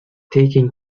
taking